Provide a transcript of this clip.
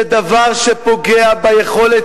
זה דבר שפוגע ביכולת,